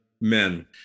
men